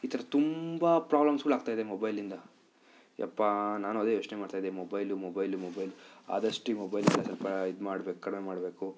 ಈ ಥರ ತುಂಬ ಪ್ರಾಬ್ಲಮ್ಸ್ಗಳಾಗ್ತಾಯಿದೆ ಮೊಬೈಲಿಂದ ಅಪ್ಪಾ ನಾನು ಅದೇ ಯೋಚನೆ ಮಾಡ್ತಾ ಇದ್ದೆ ಮೊಬೈಲು ಮೊಬೈಲು ಮೊಬೈಲು ಆದಷ್ಟು ಈ ಮೊಬೈಲಿಂದ ಸ್ವಲ್ಪ ಇದು ಮಾಡ್ಬೇಕು ಕಡಿಮೆ ಮಾಡಬೇಕು